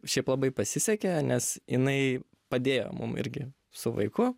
šiaip labai pasisekė nes jinai padėjo mum irgi su vaiku